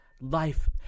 life